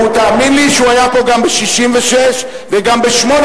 תאמין לי שהוא היה פה גם ב-66' וגם ב-866',